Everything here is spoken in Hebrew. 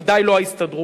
וודאי לא ההסתדרות.